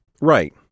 Right